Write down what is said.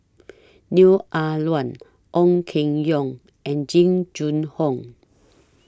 Neo Ah Luan Ong Keng Yong and Jing Jun Hong